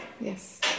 Yes